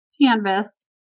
canvas